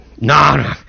no